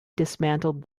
dismantled